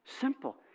Simple